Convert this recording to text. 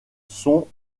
son